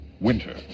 winter